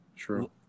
True